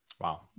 Wow